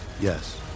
Yes